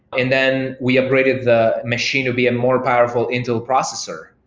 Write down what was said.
and then we upgraded the machine to be a more powerful intel processor.